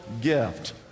gift